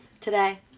today